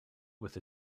with